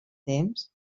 temps